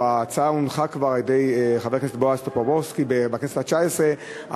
ההצעה הונחה כבר על-ידי חבר הכנסת בועז טופורובסקי בכנסת התשע-עשרה,